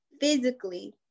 physically